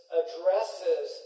addresses